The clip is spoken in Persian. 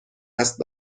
است